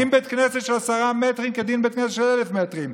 דין בית כנסת של עשרה מטרים כדין בית כנסת של 1,000 מטרים.